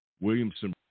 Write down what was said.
Williamson